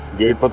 gate. but